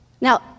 Now